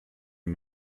est